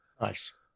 Nice